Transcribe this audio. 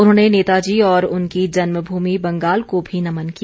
उन्होंने नेताजी और उनकी जन्म भूमि बंगाल को भी नमन किया